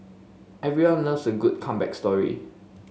everyone loves a good comeback story